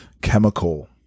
chemical